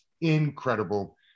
incredible